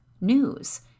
news